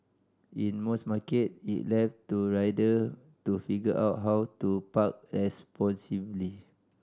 in most market it left to rider to figure out how to park responsibly